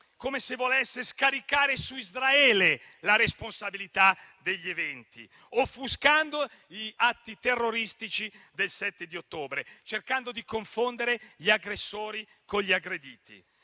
come se volesse scaricare su Israele la responsabilità degli eventi, offuscando gli atti terroristici del 7 ottobre, cercando di confondere gli aggressori con gli aggrediti.